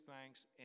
thanks